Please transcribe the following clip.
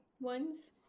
ones